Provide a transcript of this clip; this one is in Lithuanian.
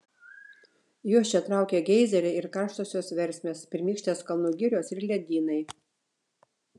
juos čia traukia geizeriai ir karštosios versmės pirmykštės kalnų girios ir ledynai